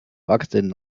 wachsenden